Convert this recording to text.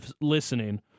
listening